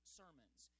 sermons